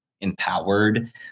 empowered